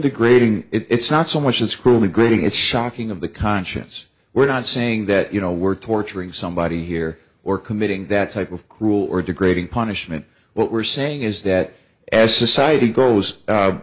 degrading it's not so much it's cruelly grating it's shocking of the conscience we're not saying that you know we're torturing somebody here or committing that type of cruel or degrading punishment what we're saying is that as society goes